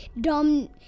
dumb